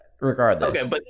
regardless